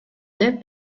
деп